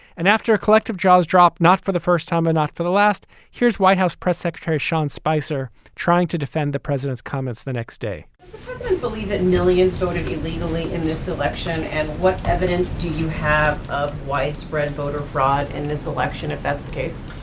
and after a collective jaws dropped, not for the first time or not for the last. here's white house press secretary sean spicer trying to defend the president's comments the next day i believe that millions voted illegally in this election. and what evidence do you have of widespread voter fraud in this election, if that's the case?